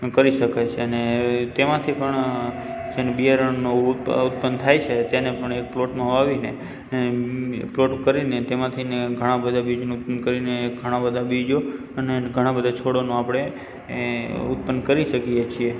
કરી શકાય છે અને તેમાંથી પણ છે ને બિયારણનો ઉત ઉત્પન્ન થાય છે તેને પણ એક પ્લોટમાં વાવીને એ પ્લોટ કરીને તેમાંથીને ઘણાં બધાં બીજને ઉત્પન્ન કરીને ઘણાં બધાં બીજ અને ઘણાં બધા છોડોનો આપણે ઉત્પન્ન કરી શકીએ છીએ